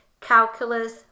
calculus